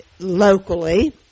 locally